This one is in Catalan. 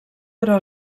però